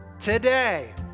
Today